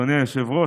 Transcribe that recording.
אדוני היושב-ראש,